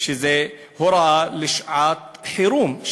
שהוא הוראה לשעת-חירום,